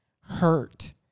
hurt